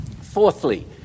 Fourthly